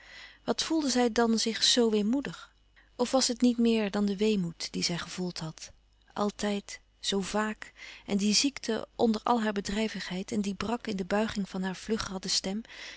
wat voelde zij dan zich zo weemoedig of was het niet meer dan de weemoed dien zij gevoeld had altijd zoo vaak en die ziekte onder al haar bedrijvigheid en die brak in de buiging van haar vlugradde stem